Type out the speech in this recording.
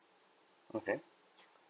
okay